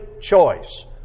choice